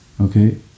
okay